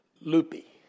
loopy